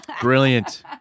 Brilliant